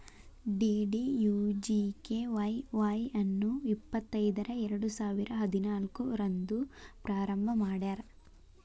DDUGKY Y ಅನ್ನು ಇಪ್ಪತೈದರ ಎರಡುಸಾವಿರ ಹದಿನಾಲ್ಕು ರಂದ್ ಪ್ರಾರಂಭ ಮಾಡ್ಯಾರ್